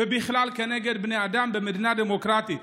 ובכלל נגד בני אדם במדינה דמוקרטית.